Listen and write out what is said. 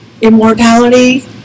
immortality